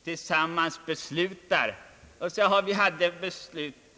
Om politikerna hade